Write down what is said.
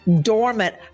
dormant